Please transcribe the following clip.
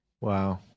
Wow